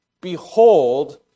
behold